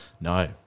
No